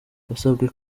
basabwe